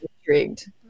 intrigued